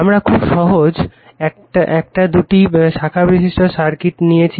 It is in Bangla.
আমারা খুব সহজ একটা দুটি শাখা বিশিষ্ট সার্কিট নিয়েছি